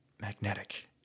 magnetic